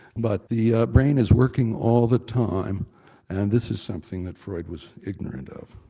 but the brain is working all the time and this is something that freud was ignorant of.